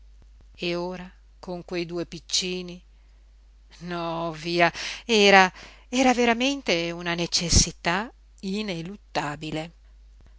e ora con quei due piccini no via era era veramente una necessità ineluttabile